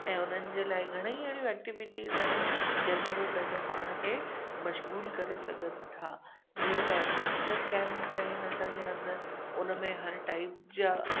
ऐं उन्हनि जे लाइ घणई अहिड़ियूं एक्टिविटीज़ आहिनि जंहिं में हू पंहिंजो पाण खे मशगूल करे सघनि था जीअं त एडवेंचर कैम्पस आहिनि असांजे अंदरि उन में हर टाइप जा